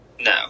No